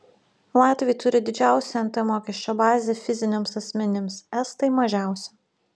latviai turi didžiausią nt mokesčio bazę fiziniams asmenims estai mažiausią